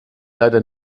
leider